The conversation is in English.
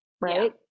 right